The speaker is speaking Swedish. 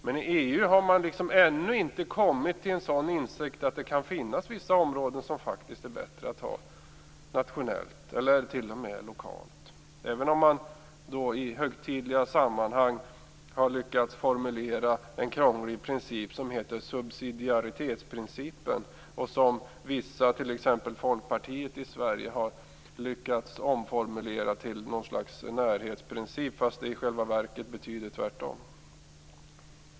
Men i EU har man ännu inte kommit till insikten att det kan finnas vissa områden som faktiskt passar bättre att ha på nationell eller t.o.m. lokal nivå - även om man har lyckats formulera en krånglig princip som heter subsidiaritetsprincipen och som man talar om i högtidliga sammanhang, vilken vissa, t.ex. Folkpartiet i Sverige, har lyckats omformulera till något slags närhetsprincip fast den i själva verket innebär motsatsen.